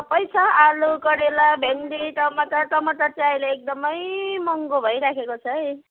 सबै छ आलु करेला भेन्डी टमाटर टमाटर चाहिँ अहिले एकदमै महँगो भइराखेको छ है